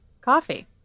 coffee